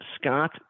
Scott